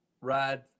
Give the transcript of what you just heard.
ride